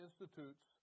institutes